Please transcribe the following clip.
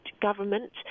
government